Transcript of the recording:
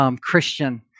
Christian